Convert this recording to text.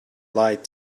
lied